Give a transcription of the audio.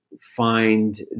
find